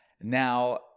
Now